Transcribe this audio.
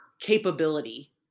capability